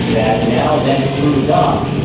that now then screws up.